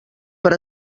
per